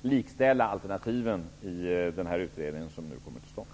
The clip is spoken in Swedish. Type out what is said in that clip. likställa alternativen i den utredning som nu kommer till stånd.